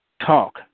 talk